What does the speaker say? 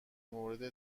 مورد